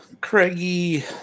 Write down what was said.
Craigie